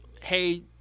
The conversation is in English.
hey